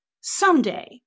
someday